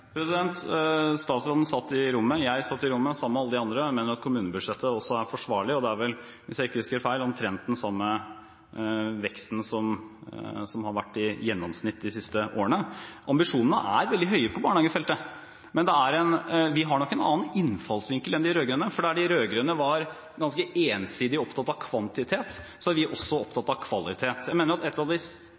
Statsråden satt i rommet – jeg satt i rommet sammen med alle de andre. Jeg mener at kommunebudsjettet også er forsvarlig. Det er vel, hvis jeg ikke husker feil, omtrent den samme veksten som har vært i gjennomsnitt de siste årene. Ambisjonene er veldig høye på barnehagefeltet. Men vi har nok en annen innfallsvinkel enn de rød-grønne, for der de rød-grønne var ganske ensidig opptatt av kvantitet, er vi også opptatt av kvalitet. Jeg mener at en av de